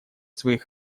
своих